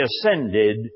ascended